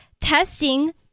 testing